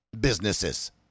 businesses